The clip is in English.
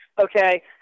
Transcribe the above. Okay